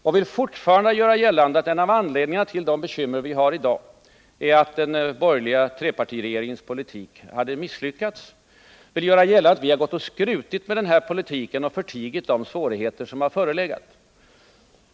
Han ville fortfarande göra gällande att en av anledningarna till de bekymmer vi har i dag är att den borgerliga trepartiregeringens politik hade misslyckats. Han ville göra gällande att vi har gått och skrutit med vår politik och förtigit de svårigheter som har förelegat.